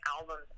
albums